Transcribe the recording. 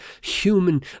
human